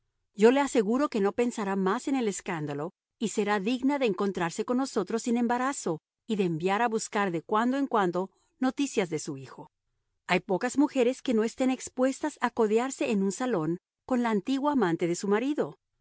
yo le aseguro que no pensará más en el escándalo y será digna de encontrarse con nosotros sin embarazo y de enviar a buscar de cuando en cuando noticias de su hijo hay pocas mujeres que no estén expuestas a codearse en un salón con la antigua amante de su marido